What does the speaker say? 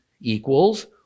equals